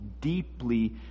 deeply